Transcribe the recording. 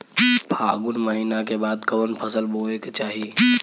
फागुन महीना के बाद कवन फसल बोए के चाही?